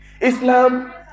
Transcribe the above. Islam